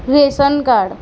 ration card